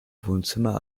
wohnzimmer